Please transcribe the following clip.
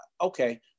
okay